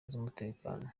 z’umutekano